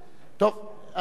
אדוני לא צריך להשיב,